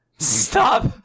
Stop